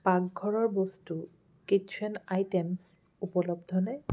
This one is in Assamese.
পাকঘৰৰ বস্তু উপলব্ধনে